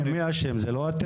מי אשם, זה לא אתם?